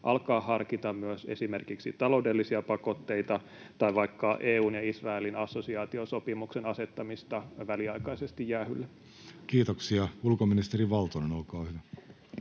alkaa harkita myös esimerkiksi taloudellisia pakotteita tai vaikka EU:n ja Israelin assosiaatiosopimuksen asettamista väliaikaisesti jäähylle? Kiitoksia. — Ulkoministeri Valtonen, olkaa hyvä.